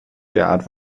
derart